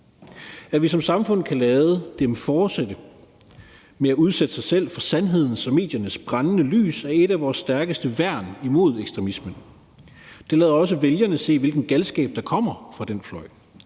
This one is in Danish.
At vi som samfund kan lade dem fortsætte med at udsætte sig selv for sandhedens og mediernes brændende lys, er et af vores stærkeste værn imod ekstremismen. Det lader også vælgerne se, hvilken galskab der kommer fra den fløj,